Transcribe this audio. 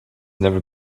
never